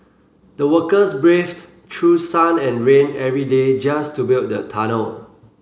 the workers braved through sun and rain every day just to build the tunnel